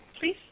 please